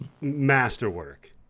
masterwork